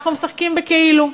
אנחנו משחקים בכאילו,